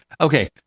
okay